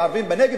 הערבים בנגב,